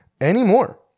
anymore